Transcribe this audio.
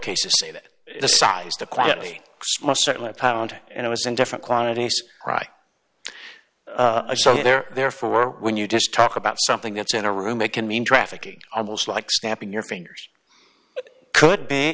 cases say that the size to quietly most certainly a pound and it was in different quantities right there therefore when you just talk about something that's in a room it can mean trafficking almost like snapping your fingers could be